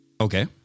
Okay